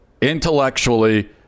intellectually